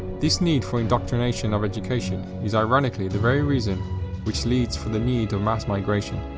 this need for indoctrination of education is ironically the very reason which leads for the need of mass migration.